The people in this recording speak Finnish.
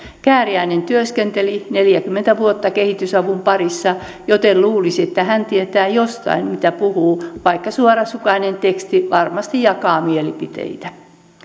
kääriäinen työskenteli neljäkymmentä vuotta kehitysavun parissa joten luulisi että hän tietää jotain mistä puhuu vaikka suorasukainen teksti varmasti jakaa mielipiteitä